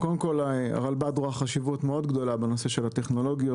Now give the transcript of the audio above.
הרלב"ד רואה חשיבות גדולה מאוד בנושא של הטכנולוגיות.